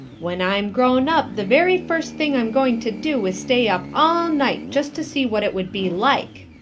when i'm grown up the very first thing i'm going to do is stay up all night just to see what it would be like,